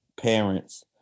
parents